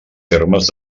termes